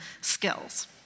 skills